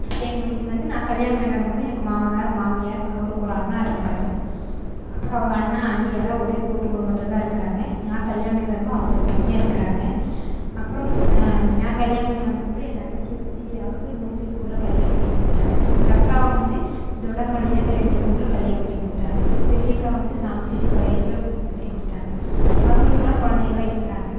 அப்புறம் எங்களுக்கு வந்து நான் கல்யாணம் பண்ணி வரும்போது எனக்கு மாமனார் மாமியார் அவருக்கு ஒரு அண்ணா இருக்கிறாரு அப்புறம் அவங்க அண்ணா அண்ணி எல்லோரும் ஒரே கூட்டுக்குடும்பத்தில் இருக்கிறாங்க நான் கல்யாணம் பண்ணி வரும் போது அவங்களுக்கு ஒரு பையன் இருக்கிறாங்க அப்புறம் நான் கல்யாணம் பண்ணி வந்ததுக்கு அப்புறம் என் தங்கச்சி ஒருத்தி அவளுக்கு மு திருப்பூரில் கல்யாணம் பண்ணி கொடுத்துட்டாங்க எங்கள் அக்காவை வந்து தொடம்பாளையங்கிற என்ற ஊரில் கல்யாணம் பண்ணி கொடுத்தாங்க எங்கள் பெரிய அக்காவை வந்து சாமிசெட்டி பாளையத்தில் இது பண்ணி கொடுத்தாங்க அவங்களுக்கெல்லாம் குழந்தைகள்லாம் இருக்கிறாங்க